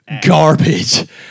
Garbage